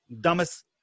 dumbest